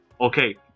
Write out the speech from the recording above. okay